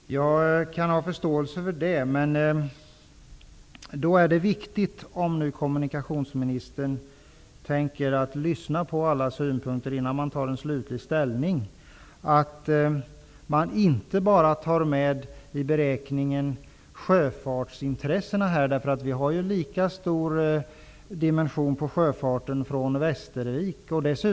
Herr talman! Jag kan ha förståelse för det. Om kommunikationsministern tänker lyssna på alla synpunkter innan han tar slutlig ställning är det viktigt att man inte bara tar med sjöfartsintressena i beräkningen. Vi har en lika stor dimension på sjöfarten från Västervik.